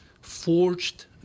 forged